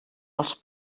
els